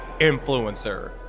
influencer